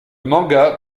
manga